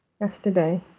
yesterday